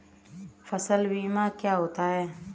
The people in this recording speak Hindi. फसल बीमा क्या होता है?